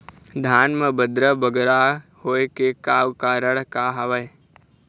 धान म बदरा बगरा होय के का कारण का हवए?